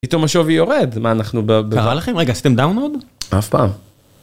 פתאום השווי יורד, מה אנחנו ב... קרה לכם? רגע, עשיתם דאונרואד? אף פעם.